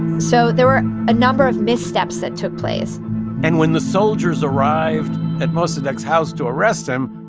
so there were a number of missteps that took place and when the soldiers arrived at mossadegh's house to arrest him,